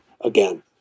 again